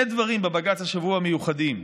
בבג"ץ השבוע היו שני דברים מיוחדים: